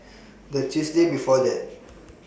The Tuesday before that